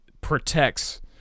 protects